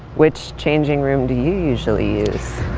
which changing room do you usually use?